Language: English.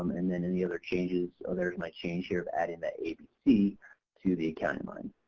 and then any other changes or there's my change here of adding that abc to the accounting line.